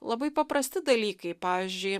labai paprasti dalykai pavyzdžiui